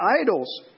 idols